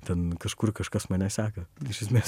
ten kažkur kažkas mane seka iš esmės